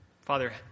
Father